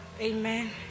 Amen